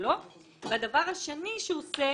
והדבר השני שהוא עושה,